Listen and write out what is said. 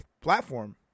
platform